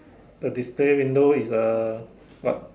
the display window is a what